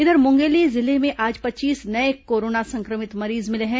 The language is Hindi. इधर मुंगेली जिले में आज पच्चीस नये कोरोना संक्रमित मरीज मिले हैं